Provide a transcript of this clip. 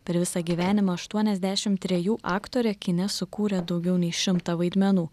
per visą gyvenimą aštuoniasdeš imt trejų aktorė kine sukūrė daugiau nei šimtą vaidmenų